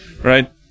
right